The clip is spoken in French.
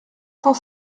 cent